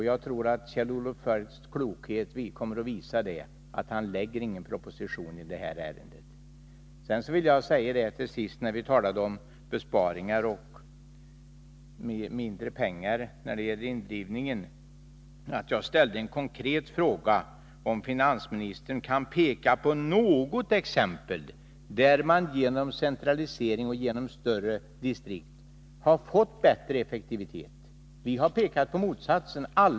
Jag tror att Kjell-Olof Feldts klokhet kommer att innebära att han inte lägger fram någon proposition i detta ärende. När det sedan gäller besparingar och mindre pengar från indrivningen ställde jag en konkret fråga, nämligen om finansministern kan ge något exempel på fall där man genom centralisering och större distrikt har fått bättre effektivitet. Alla talare här har pekat på motsatsen.